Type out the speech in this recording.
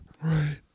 Right